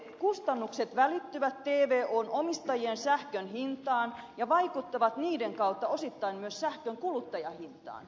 kustannukset välittyvät tvon omistajien sähkön hintaan ja vaikuttavat niiden kautta osittain myös sähkön kuluttajahintaan